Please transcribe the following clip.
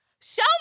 Show